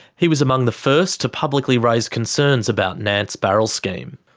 he was among the first to publicly raise concerns about nant's barrel scheme.